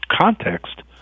context